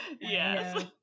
Yes